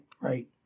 Right